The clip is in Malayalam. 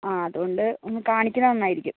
ആ അതുകൊണ്ട് ഒന്ന് കാണിക്കുന്നത് നന്നായിരിക്കും